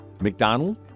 McDonald